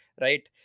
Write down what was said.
Right